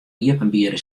iepenbiere